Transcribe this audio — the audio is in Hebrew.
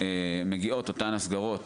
אותן הסגרות